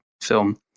film